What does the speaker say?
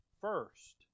first